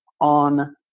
on